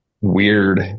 weird